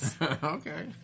Okay